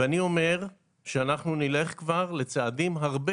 ואני אומר שאנחנו נלך כבר לצעדים הרבה